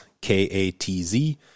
K-A-T-Z